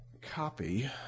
copy